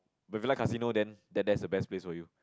if you like casino then that that's the best place for you